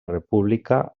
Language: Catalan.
república